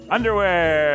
Underwear